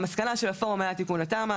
המסקנה של הפורום הייתה תיקון התמ"א.